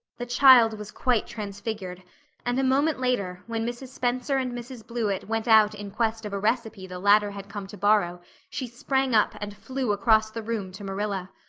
the child was quite transfigured and, a moment later, when mrs. spencer and mrs. blewett went out in quest of a recipe the latter had come to borrow she sprang up and flew across the room to marilla.